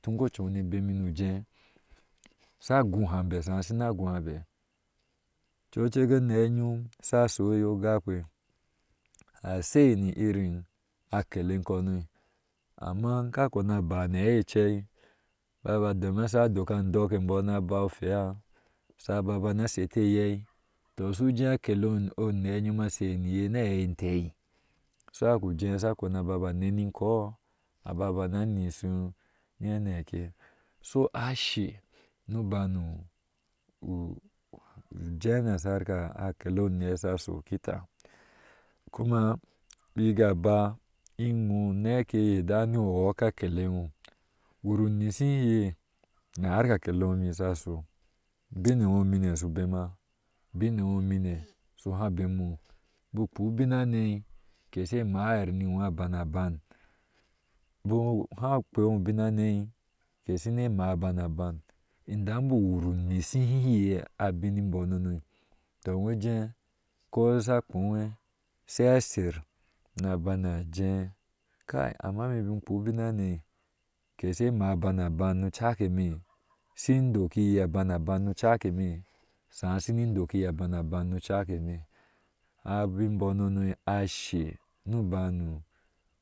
Tun ko ocu ewɔɔ ne bemi nu je sa goo uham shaasha shinagowabe cycek enaa yom sha sho eya gakne asai ni irin akele inkɔɔ no, amma ka kpene ba na aei ecei baba domin sha dok a dok embɔɔ na bai owhei shababe na aseti enyɛɛ tɔ shu de akele obee yim a sheniye na aɛi ente, shu cik kujee a ba kpena aneni inkɔɔ ababa naa nyisi heneke so ashɛ nu banu we nasarke akekeye shashu kita, kuma bik ga ba iwɔɔ neke yeda nu uɔɔke akele wɔɔ wur u nisi iye narka akele wɔɔ mi shcsho ubin ewɔɔ mine su. Bema ubina wɔɔmine shu ha bemiwɔɔ bu kpo ubin hane keshe mayir ni woo aban bikk ha kpewɔɔ bin hane ke shine maaa ni wɔɔ a ban aban ba indan bik uwur u nyisihiye abin imbɔɔ none tɔ wuje ko sha kpowee shasher, na bana jee kɛi amma ne bik inshir in kpo ubin hane ke se maa aban aban nu ucake me sin dok iye aban aban nu u cakeme sa isini dokiye aban aban nu ucekeme abin imbɔɔ nono abin hano ashe nu banu.